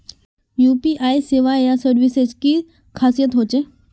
UPI सेवाएँ या services की खासियत की होचे?